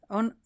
on